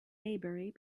maybury